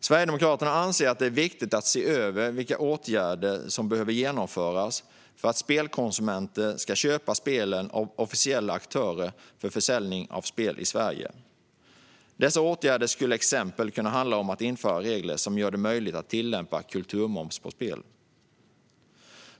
Sverigedemokraterna anser att det är viktigt att se över vilka åtgärder som behöver vidtas för att spelkonsumenter ska köpa spelen av officiella aktörer för försäljning av spel i Sverige. Det skulle kunna handla om att införa regler som gör det möjligt att tillämpa kulturmoms på spel.